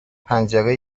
پنجره